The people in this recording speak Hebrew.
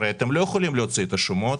הרי אתם לא יכולים להוציא את השומות,